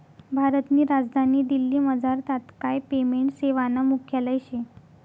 भारतनी राजधानी दिल्लीमझार तात्काय पेमेंट सेवानं मुख्यालय शे